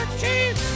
cheese